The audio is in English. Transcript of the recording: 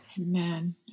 Amen